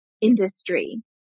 industry